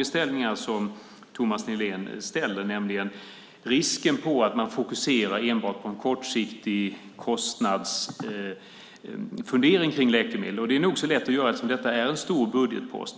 i de frågor som Thomas Nihlén ställer. Det handlar om risken för att man fokuserar enbart på en kortsiktig kostnadsfundering för läkemedel. Det är nog så lätt att göra eftersom detta är en stor budgetpost.